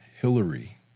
Hillary